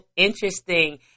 Interesting